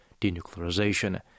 denuclearization